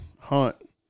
hunt